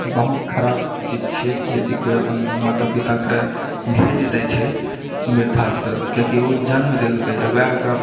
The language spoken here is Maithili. बहुत खराब चीज छियै यदि कोइ अपन माता पिता कऽ भेज दय छै बृद्धाश्रम किएकि ओ जन्म दलकै आ ओएह ओकरा